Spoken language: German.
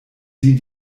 sie